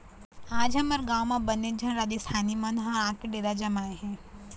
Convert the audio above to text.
आज हमर गाँव म बनेच झन राजिस्थानी मन ह आके डेरा जमाए हे